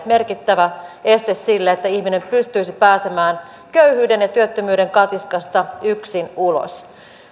merkittävä este sille että ihminen pystyisi pääsemään köyhyyden ja työttömyyden katiskasta yksin ulos